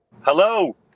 Hello